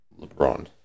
LeBron